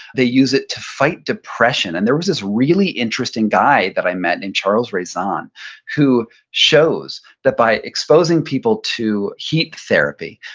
they use it to fight depression and there was this really interesting guy that i met named charles raison who shows that by exposing people to heat therapy,